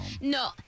No